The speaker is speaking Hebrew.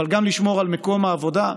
אבל גם לשמור על מקום העבודה,